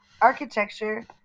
architecture